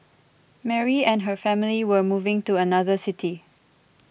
Mary and her family were moving to another city